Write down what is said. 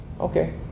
Okay